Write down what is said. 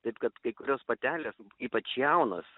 taip kad kai kurios patelės ypač jaunos